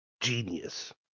genius